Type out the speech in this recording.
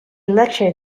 lectured